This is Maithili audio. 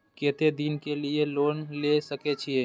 केते दिन के लिए लोन ले सके छिए?